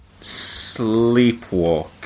Sleepwalk